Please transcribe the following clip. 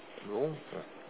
no